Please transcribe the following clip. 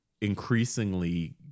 increasingly